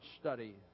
study